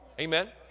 Amen